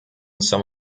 some